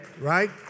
Right